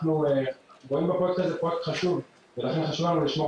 אנחנו רואים בפרויקט הזה פרויקט חשוב ולכן חשוב לנו לשמור